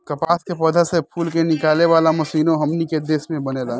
कपास के पौधा से फूल के निकाले वाला मशीनों हमनी के देश में बनेला